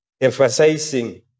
emphasizing